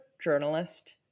journalist